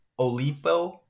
Olipo